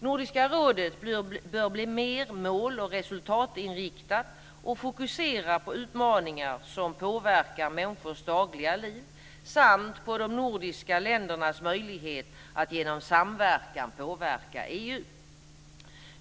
Nordiska rådet bör bli mer mål och resultatinriktat och fokusera på utmaningar som påverkar människors dagliga liv samt på de nordiska ländernas möjlighet att genom samverkan påverka EU.